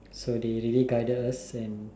so they really guided us and